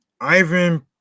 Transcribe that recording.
Ivan